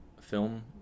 film